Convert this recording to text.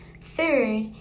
Third